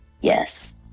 Yes